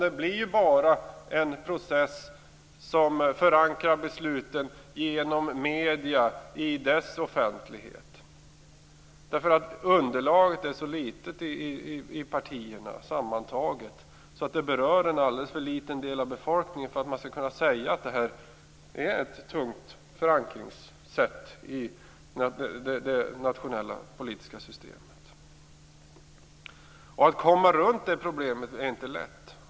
Det blir ju bara en process där besluten förankras genom medierna, i mediernas offentlighet. Underlaget är sammantaget så litet i partierna att det berör en alldeles för liten del av befolkningen för att man skall kunna säga att det här är ett tungt förankringssätt i det nationella politiska systemet. Att komma runt det här problemet är inte lätt.